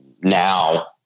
now